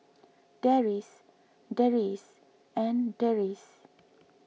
Deris Deris and Deris